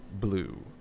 Blue